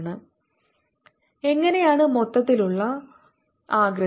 yreflected v2 v1v2v1 yIncident 525×5 mm 1 mm എങ്ങനെയാണ് മൊത്തത്തിലുള്ള ആകൃതി